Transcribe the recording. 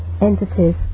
entities